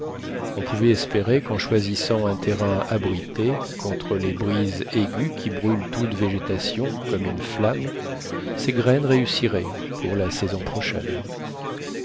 on pouvait espérer qu'en choisissant un terrain abrité contre les brises aiguës qui brûlent toute végétation comme une flamme ces graines réussiraient pour la saison prochaine